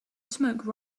smoke